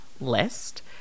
list